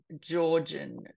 Georgian